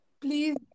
Please